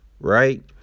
Right